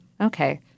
Okay